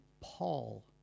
Paul